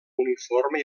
uniforme